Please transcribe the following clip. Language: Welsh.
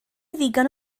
ddigon